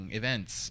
events